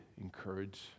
encourage